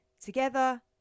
Together